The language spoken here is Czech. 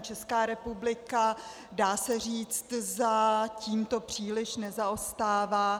Česká republika, dá se říct, za tímto příliš nezaostává.